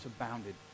abounded